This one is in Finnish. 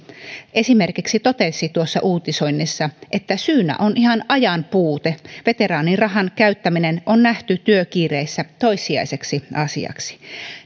totesi tuossa uutisoinnissa että syynä on ihan ajanpuute veteraanirahan käyttäminen on nähty työkiireissä toissijaiseksi asiaksi